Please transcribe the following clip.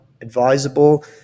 advisable